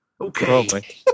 Okay